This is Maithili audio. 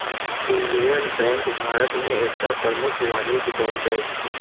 इंडियन बैंक भारत में एकटा प्रमुख वाणिज्य बैंक अछि